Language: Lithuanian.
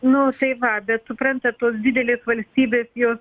nu tai va bet suprantat tos didelės valstybės jos